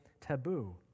taboo